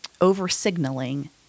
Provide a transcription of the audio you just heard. over-signaling